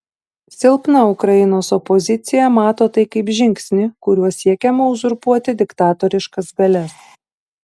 silpna ukrainos opozicija mato tai kaip žingsnį kuriuo siekiama uzurpuoti diktatoriškas galias